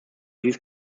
these